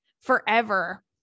forever